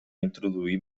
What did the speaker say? introduir